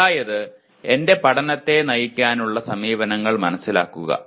അതായത് എന്റെ പഠനത്തെ നയിക്കാനുള്ള സമീപനങ്ങൾ മനസ്സിലാക്കുക